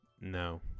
No